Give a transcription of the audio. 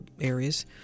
areas